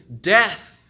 death